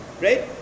right